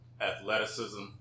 athleticism